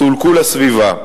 סולקו לסביבה.